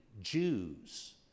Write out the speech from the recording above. Jews